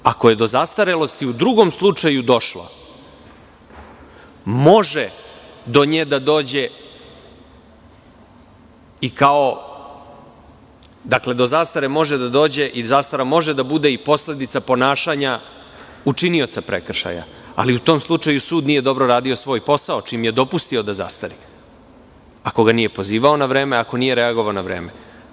Ako je do zastarelosti u drugom slučaju došlo, do zastarelosti može da dođe i zastarelost može da bude i posledica ponašanja učinioca prekršaja, ali u tom slučaju sud nije dobro radio svoj posao, čim je dopustio da zastari, ako ga nije pozivao na vreme i ako nije reagovao na vreme.